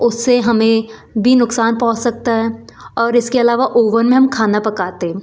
उससे हमें भी नुकसान पहुँच सकता है और इसके अलावा ओवन में हम खाना पकाते